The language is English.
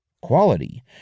Quality